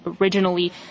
originally